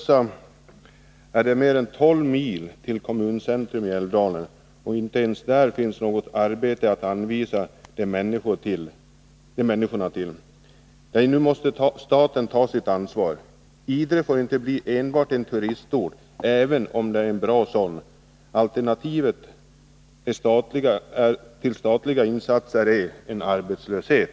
Det är mer än tolv mil till kommuncentrum i Älvdalen, och inte ens där finns det något arbete att anvisa människorna. Nu måste staten ta sitt ansvar. Idre får inte bli enbart en turistort — även om det är en bra sådan. Alternativet till statliga insatser är arbetslöshet.